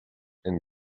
and